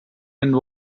and